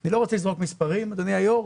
אני לא רוצה לזרוק מספרים אדוני היו"ר,